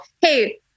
hey